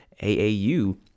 AAU